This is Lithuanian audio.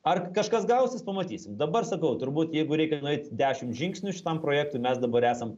ar kažkas gausis pamatysim dabar sakau turbūt jeigu reikia nueit dešimt žingsnių šitam projektui mes dabar esam